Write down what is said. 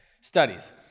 studies